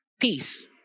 peace